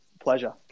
Pleasure